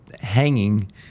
hanging